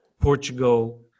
Portugal –